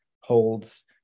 holds